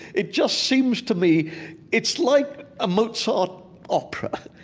it just seems to me it's like a mozart opera.